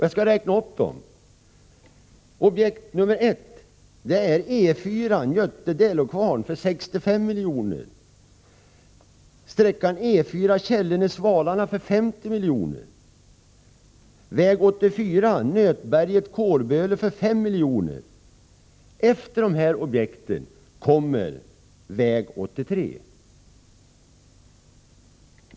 Jag skall räkna upp dem: E 4 Njöte-Delåkvarn: 65 miljoner, sträckan Källene-Svalarna på E 4: 50 miljoner, väg 84 Nötberget-Kårböle: 5 miljoner. Efter dessa objekt kommer väg 83.